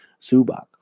Subak